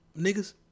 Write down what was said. Niggas